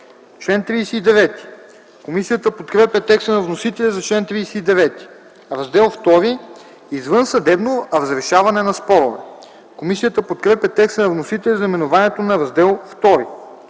чл. 38. Комисията подкрепя текста на вносителя за чл. 39. „Раздел II – Извънсъдебно разрешаване на спорове.” Комисията подкрепя текста на вносителя за наименованието на Раздел ІІ.